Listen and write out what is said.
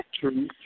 True